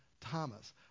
Thomas